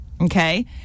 okay